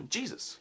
Jesus